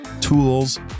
tools